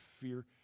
fear